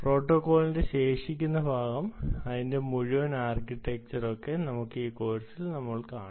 പ്രോട്ടോക്കോളിന്റെ ശേഷിക്കുന്ന ഭാഗം അതിന്റെ മുഴുവൻ ആർക്കിടെക്ചർ ഒക്കെ പിന്നീട് ഈ കോഴ്സിൽ നമ്മൾ കാണും